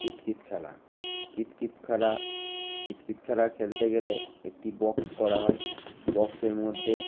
কিতকিত খেলা কিতকিত খেলা কিতকিত খেলা খেলতে গেলে একটি বক্স করা হয় বক্সের মধ্যে